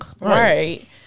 Right